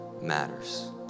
matters